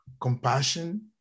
compassion